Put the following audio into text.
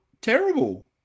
terrible